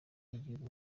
n’igihugu